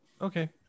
Okay